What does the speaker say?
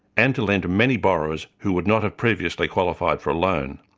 and to lend to many borrowers who would not have previously qualified for a loan.